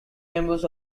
members